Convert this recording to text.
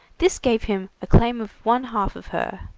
this gave him a claim of one half of her,